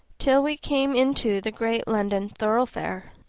until we came into the great london thoroughfare,